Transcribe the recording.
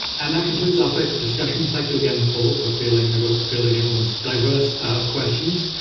and that concludes our facebook discussion. thank you again, paul, for filling and but filling everyone's diverse questions.